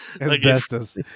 Asbestos